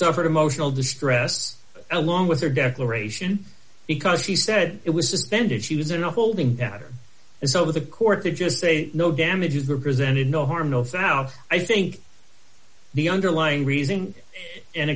for emotional distress along with their declaration because she said it was suspended she was in a holding pattern is over the court to just say no damages were presented no harm no south i think the underlying reason and